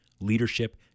leadership